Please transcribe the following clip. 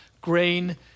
grain